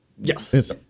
Yes